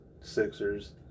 Sixers